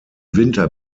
winter